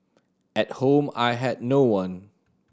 at home I had no one